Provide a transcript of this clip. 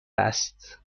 است